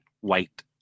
white